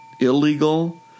illegal